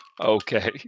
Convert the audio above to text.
Okay